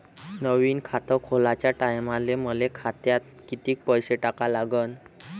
नवीन खात खोलाच्या टायमाले मले खात्यात कितीक पैसे टाका लागन?